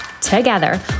together